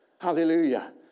Hallelujah